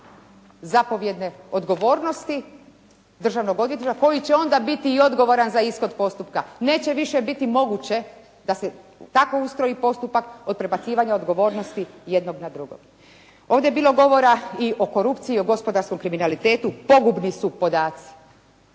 zapovjedne odgovornosti Državnog odvjetništva koji će onda biti odgovoran za ishod postupka. Neće više biti moguće da se tako ustroji postupak od prebacivanja odgovornosti jednog na drugog. Ovdje je bilo govora i o korupciji i o gospodarskom kriminalitetu, pogubni su podaci.